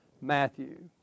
Matthew